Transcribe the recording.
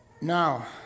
Now